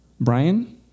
Brian